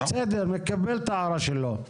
אני מקבל את ההערה הזאת,